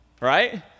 Right